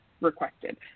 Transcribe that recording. requested